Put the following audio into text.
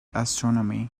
astronomy